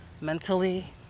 mentally